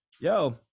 yo